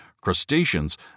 crustaceans